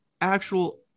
actual